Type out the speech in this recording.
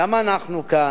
גם אנחנו כאן,